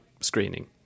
screening